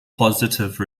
positive